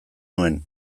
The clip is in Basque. nuen